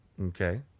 okay